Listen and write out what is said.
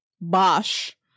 bosh